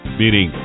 meaning